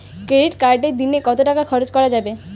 Credit কার্ডে দিনে কত টাকা খরচ করা যাবে?